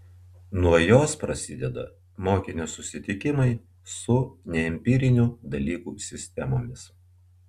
nuo jos prasideda mokinio susitikimai su neempirinių dalykų sistemomis